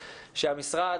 שהמשרד,